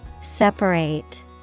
Separate